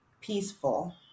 peaceful